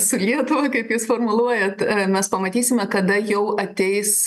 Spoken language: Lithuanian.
su lietuva kaip jūs formuluojat mes pamatysime kada jau ateis